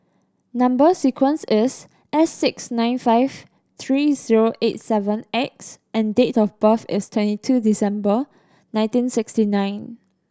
number sequence is S six nine five three zero eight seven X and date of birth is twenty two December nineteen sixty nine